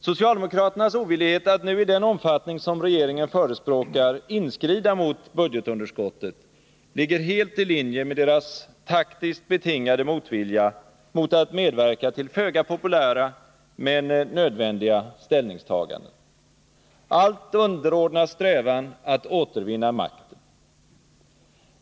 Socialdemokraternas ovillighet att nu i den omfattning som regeringen förespråkar inskrida mot budgetunderskottet ligger helt i linje med deras taktiskt betingade motvilja mot att medverka till föga populära men nödvändiga ställningstaganden. Allt underordnas strävan att återvinna makten.